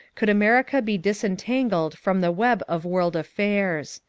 could america be disentangled from the web of world affairs.